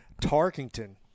tarkington